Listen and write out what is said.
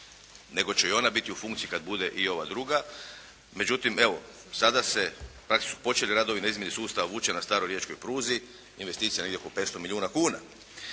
nego će i ona biti u funkciji kad bude i ova druga. Međutim, evo sada se praktički su počeli radovi na izmjeni sustava vuče na riječkoj pruzi, investicija je negdje oko 500 milijuna kuna.